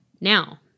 now